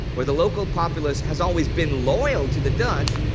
where the local populace has always been loyal to the dutch,